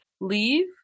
leave